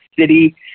city